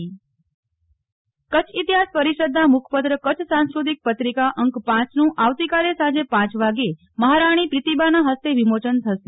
નેહલ ઠક્કર પત્રિકા વિમોચન કચ્છ ઈતિહાસ પરિષદના મુખપત્ર કચ્છ સાંસ્કૃતિક પત્રિકા અંક પાંચનું આવતીકાલે સાંજે પ વાગ્યે મહારાણી પ્રીતિબાના હસ્તે વિમોચન થશે